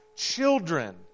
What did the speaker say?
children